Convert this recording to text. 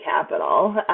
capital